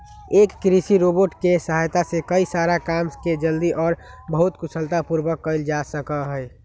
एक कृषि रोबोट के सहायता से कई सारा काम के जल्दी और बहुत कुशलता पूर्वक कइल जा सका हई